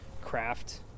craft